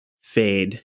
fade